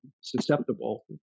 susceptible